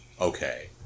okay